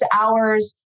hours